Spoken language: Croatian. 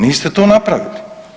Niste to napravili.